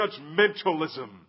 judgmentalism